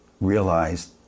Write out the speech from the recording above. realized